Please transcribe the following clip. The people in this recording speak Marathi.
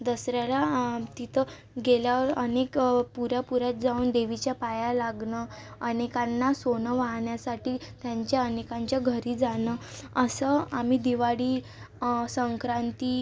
दसऱ्याला तिथं गेल्यावर अनेक पुऱ्या पुऱ्यात जाऊन देवीच्या पाया लागणं अनेकांना सोनं वाहण्यासाठी त्यांच्या अनेकांच्या घरी जाणं असं आम्ही दिवाळी संक्रांती